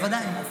בוודאי.